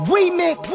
Remix